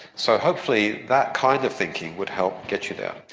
so hopefully that kind of thinking would help get you there.